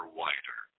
wider